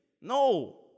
No